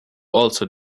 also